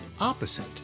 opposite